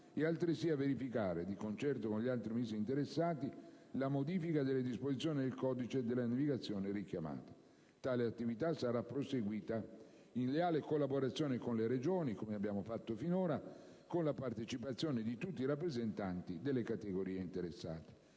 e altresì a verificare, di concerto con gli altri Ministri interessati, la modifica della disposizione del codice della navigazione richiamata. Tale attività sarà proseguita in leale collaborazione con le Regioni, come abbiamo fatto finora, e con la partecipazione di tutti i rappresentanti delle categorie interessate.